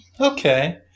Okay